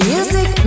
Music